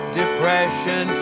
depression